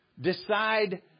Decide